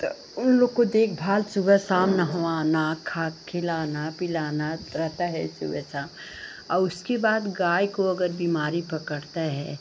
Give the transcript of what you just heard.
तो उन लोग को देखभाल सुबह शाम नहवाना खाद खिलाना पीलाना रहता है सुबह शाम उसके बाद गाय को अगर बीमारी पकड़ती है